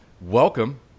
welcome